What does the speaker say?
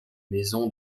maisons